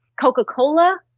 Coca-Cola